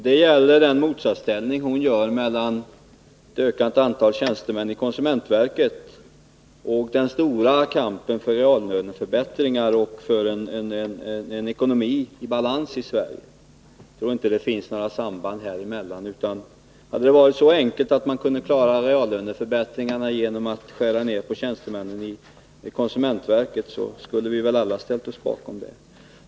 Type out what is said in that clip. Det gäller den sammankoppling hon gör mellan ett ökat antal tjänstemän i konsumentverket och den stora kampen för reallöneförbättringar och för ekonomisk balans i Sverige. Jag tror inte att det här finns några samband. Men hade det varit så enkelt att man kunde klara reallöneförbättringar genom att skära ner på antalet tjänstemän inom konsumentverket, skulle vi väl alla ha ställt oss bakom det.